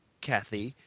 Kathy